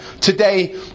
Today